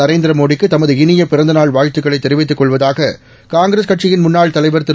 நரேந்திரமோடிக்கு தமது இனிய பிறந்தநாள் வாழ்த்துக்களை தெரிவித்துக் கொள்வதாக காங்கிரஸ் கட்சியின் முன்னாள் தலைவர் திரு